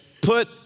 put